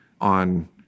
on